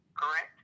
correct